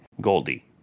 Goldie